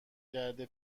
کرده